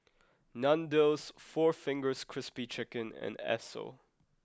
Nandos Four Fingers Crispy Chicken and Esso